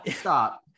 stop